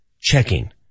checking